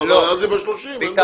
אבל אז היא ב-30, אין בעיה.